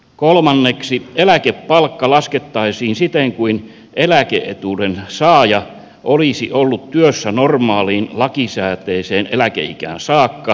kolmanneksi eläkepalkka laskettaisiin siten kuin eläke etuuden saaja olisi ollut työssä normaaliin lakisääteiseen eläkeikään saakka